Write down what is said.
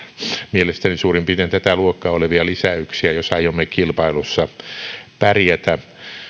mielestäni suurin piirtein tätä luokkaa olevia lisäyksiä jos aiomme kilpailussa pärjätä